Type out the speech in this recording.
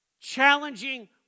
Challenging